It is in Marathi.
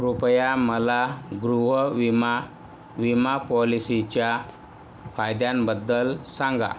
कृपया मला गृहविमा विमा पॉलिसीच्या फायद्यांबद्दल सांगा